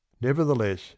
Nevertheless